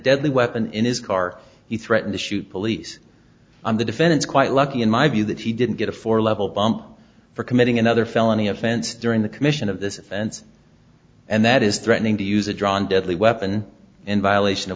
deadly weapon in his car he threatened to shoot police on the defendant's quite lucky in my view that he didn't get a four level bump for committing another felony offense during the commission of this offense and that is threatening to use a drawn deadly weapon in violation